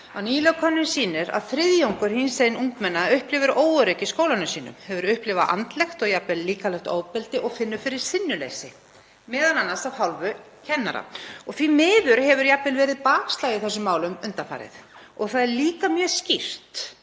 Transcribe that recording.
að nýleg könnun sýnir að þriðjungur hinsegin ungmenna upplifir óöryggi í skólanum sínum, hefur upplifað andlegt og jafnvel líkamlegt ofbeldi og finnur fyrir sinnuleysi, m.a. af hálfu kennara. Því miður hefur jafnvel verið bakslag í þessum málum undanfarið og það er líka mjög skýrt